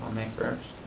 on may first.